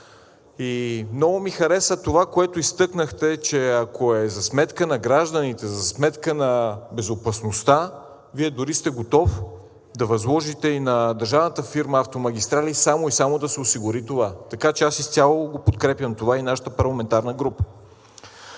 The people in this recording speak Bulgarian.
Много ми хареса това, което изтъкнахте, че ако е за сметка на гражданите, за сметка на безопасността, Вие дори сте готов да възложите и на държавната фирма „Автомагистрали“, само и само да се осигури това. Аз изцяло го подкрепям това и нашата парламентарна група